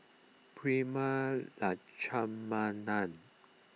Prema Letchumanan